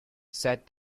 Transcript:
said